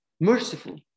merciful